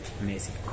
amazing